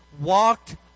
walked